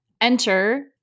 Enter